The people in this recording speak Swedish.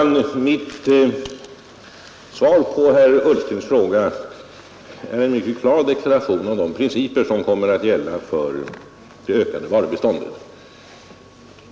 Herr talman! Mitt svar på herr Ullstens fråga innebär en mycket klar deklaration av de principer som kommer att gälla för det ökade varubiståndet.